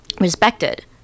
respected